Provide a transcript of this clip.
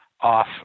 off